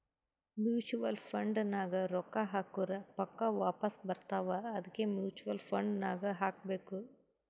mutual fund ನಾಗ್ ರೊಕ್ಕಾ ಹಾಕುರ್ ಪಕ್ಕಾ ವಾಪಾಸ್ ಬರ್ತಾವ ಅದ್ಕೆ ಮೂಚುವಲ್ ಫಂಡ್ ನಾಗ್ ಹಾಕಬೇಕ್